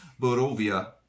Borovia